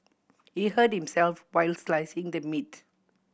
he hurt himself while slicing the meat